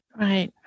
Right